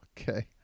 Okay